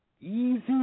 Easy